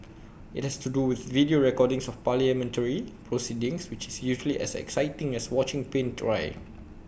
IT has to do with video recordings of parliamentary proceedings which is usually as exciting as watching paint dry